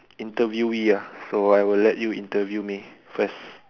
interviewee ah so I will let you interview me first